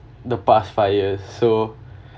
the past five years so